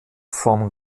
from